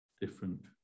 different